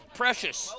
precious